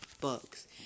books